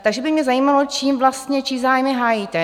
Takže by mě zajímalo vlastně, čí zájmy hájíte.